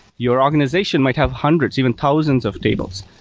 your organization might have hundreds, even thousands of tables.